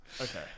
Okay